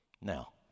Now